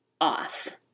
off